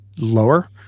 lower